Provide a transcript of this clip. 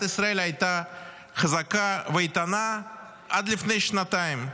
ישראל הייתה חזקה ואיתנה עד לפני שנתיים.